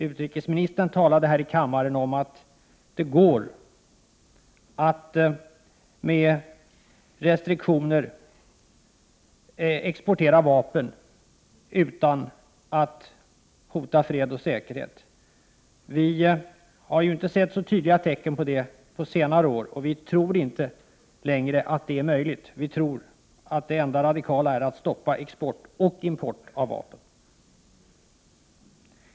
Utrikesministern talade här i kammaren om att det med restriktioner går att exportera vapen utan att hota fred och säkerhet. Vi har inte sett så tydliga tecken på det på senare år, och vi tror inte längre att det är möjligt. Vi tror att det enda radikala är att stoppa export och import av vapen.